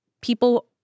people